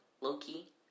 Loki